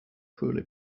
poorly